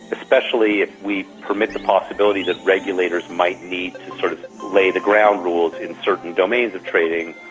especially if we permit the possibility that regulators might need to sort of lay the ground rules in certain domains of trading,